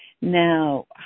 Now